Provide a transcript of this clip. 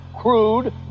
crude